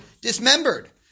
dismembered